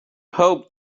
hoped